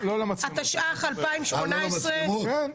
התשע"ח-2018,